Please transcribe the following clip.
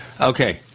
okay